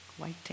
waiting